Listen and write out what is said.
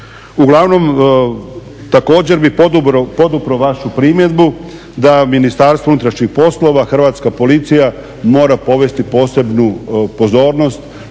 Uglavnom također bih podupro vašu primjedbu da Ministarstvo unutrašnjih poslova, Hrvatska policija mora povesti posebnu pozornost